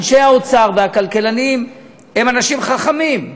אנשי האוצר והכלכלנים הם אנשים חכמים,